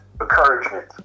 encouragement